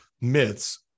myths